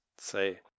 say